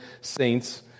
saints